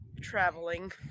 traveling